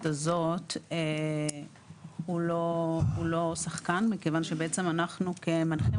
הזאת הוא לא שחקן מכיוון שבעצם אנחנו כמנחים,